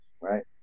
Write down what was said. right